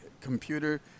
computer